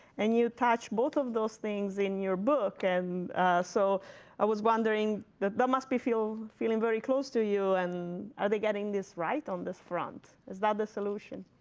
and you touch both of those things in your book. and so i was wondering but that must be feel feeling very close to you. and are they getting this right on this front? is that the solution?